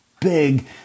big